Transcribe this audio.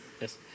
yes